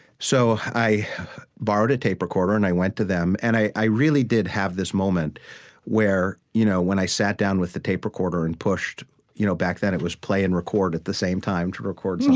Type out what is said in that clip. so i borrowed a tape recorder, and i went to them. and i i really did have this moment where, you know when i sat down with the tape recorder and pushed you know back then it was play and record at the same time to record